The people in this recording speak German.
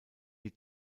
der